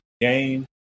game